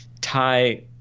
tie